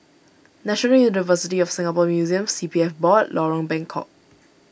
National University of Singapore Museums C P F Board and Lorong Bengkok